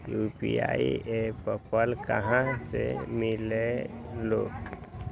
UPI app कहा से मिलेलु?